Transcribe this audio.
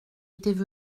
étaient